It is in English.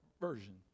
version